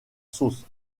sauce